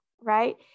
right